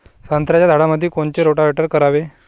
संत्र्याच्या झाडामंदी कोनचे रोटावेटर करावे?